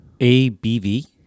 ABV